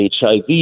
HIV